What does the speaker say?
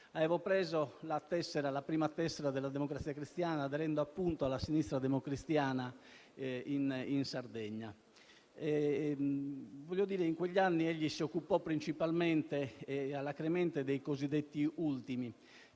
avevo preso la prima tessera della Democrazia Cristiana, aderendo alla sinistra democristiana in Sardegna. In quegli anni egli si occupò principalmente ed alacremente dei cosiddetti ultimi,